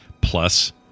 Plus